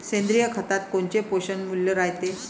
सेंद्रिय खतात कोनचे पोषनमूल्य रायते?